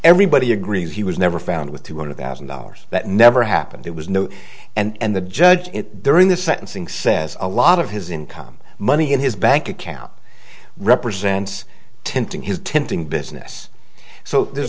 everybody agrees he was never found with two hundred thousand dollars that never happened it was no and the judge during the sentencing says a lot of his income money in his bank account represents tinting his tenting business so th